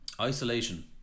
Isolation